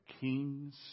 kings